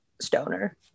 stoner